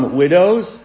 widows